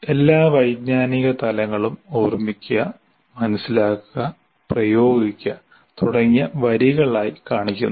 എല്ലാ വൈജ്ഞാനിക തലങ്ങളും ഓർമ്മിക്കുക മനസിലാക്കുക പ്രയോഗിക്കുക തുടങ്ങിയ വരികളായി കാണിക്കുന്നു